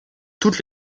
toutes